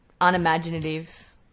unimaginative